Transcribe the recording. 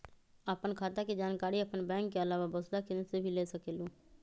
आपन खाता के जानकारी आपन बैंक के आलावा वसुधा केन्द्र से भी ले सकेलु?